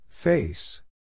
Face